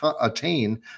attain